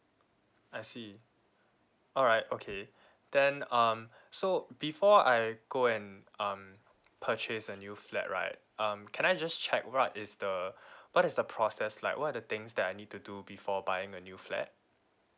I see alright okay then um so before I go and um purchase a new flat right um can I just check what is the what is the process like what are the things that I need to do before buying a new flat